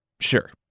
Sure